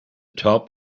top